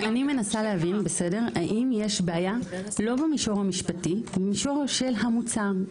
אני מנסה להבין האם יש בעיה לא במישור המשפטי אלא במישור של המוצר.